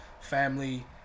family